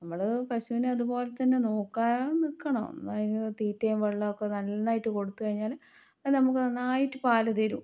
നമ്മൾ പശുവിനെ അതുപോലെ തന്നെ നോക്കാൻ നിൽക്കണം അതിനു തീറ്റയും വെള്ളമൊക്കെ നന്നായിട്ട് കൊടുത്ത് കഴിഞ്ഞാൽ അത് നമുക്ക് നന്നായിട്ട് പാൽ തരും